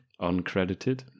uncredited